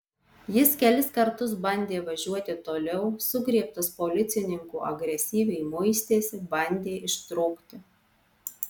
jis kelis kartus bandė važiuoti toliau sugriebtas policininkų agresyviai muistėsi bandė ištrūkti